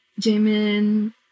Jamin